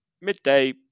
midday